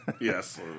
Yes